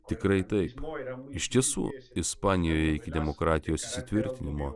tikrai taip iš tiesų ispanijoje iki demokratijos įsitvirtinimo